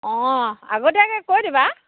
অঁ আগতীয়াকৈ কৈ দিবা